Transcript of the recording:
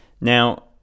Now